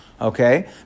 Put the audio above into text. Okay